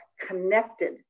connected